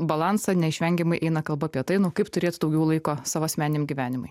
balansą neišvengiamai eina kalba apie tai nu kaip turėti daugiau laiko savo asmeniniam gyvenimui